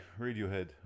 radiohead